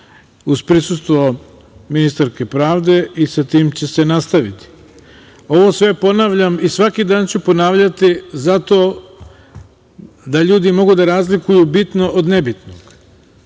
uz prisustvo ministarke pravde i sa tim će se nastaviti. Ovo sve ponavljam i svaki dan ću ponavljati zato da ljudi mogu da razlikuju bitno od nebitnog,